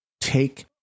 take